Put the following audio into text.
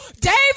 David